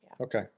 okay